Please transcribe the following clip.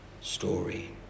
story